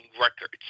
records